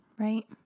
Right